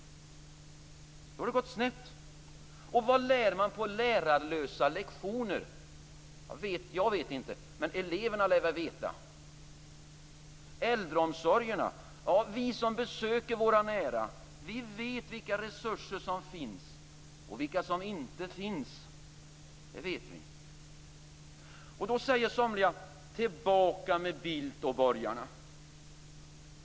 Då har det gått snett. Och vad lär man på lärarlösa lektioner? Jag vet inte det men eleverna lär veta. Sedan har vi äldreomsorgen. Vi som besöker våra nära vet vilka resurser som finns och vilka som inte finns. Somliga säger då: Tillbaka med Bildt och borgarna!